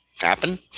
happen